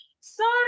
Sorry